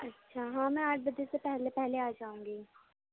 اچھا ہاں میں آٹھ بجے سے پہلے پہلے آ جاؤں گی